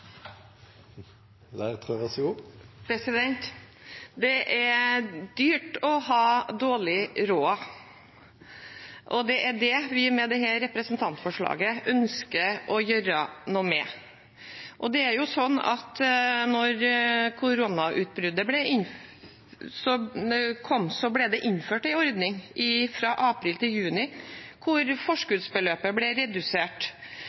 dyrt å ha dårlig råd, og det er det vi med dette representantforslaget ønsker å gjøre noe med. Da koronautbruddet kom, ble det innført en ordning fra april til juni der forskuddsbeløpet ble redusert fra 3 660 til 1 200 kr for personbiler. Argumentet da var økonomien til